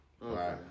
right